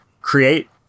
create